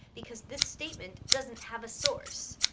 because this statement doesn't have a source.